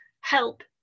help